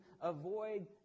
avoid